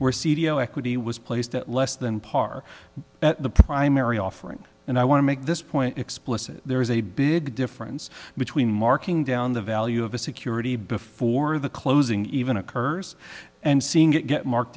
where c d o equity was placed at less than par at the primary offering and i want to make this point explicit there is a big difference between marking down the value of a security before the closing even occurs and seeing it get marked